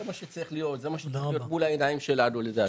זה מה שצריך להיות מול העיניים שלנו לדעתי.